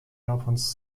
japans